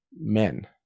men